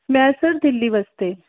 ਮੈਂ ਸਰ ਦਿੱਲੀ ਵਾਸਤੇ